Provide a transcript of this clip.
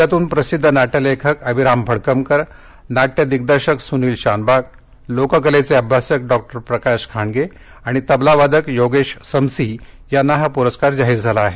राज्यातून प्रसिध्द नाट्यलेखक अभिराम भडकमकर नाट्य दिग्दर्शक सूनील शानबाग लोककलेचे अभ्यासक डॉक्टर प्रकाश खांडगे आणि तबलावादक योगेश समसी यांना हा प्रस्कार जाहीर झाला आहे